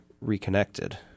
reconnected